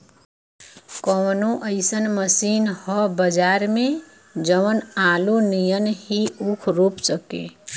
कवनो अइसन मशीन ह बजार में जवन आलू नियनही ऊख रोप सके?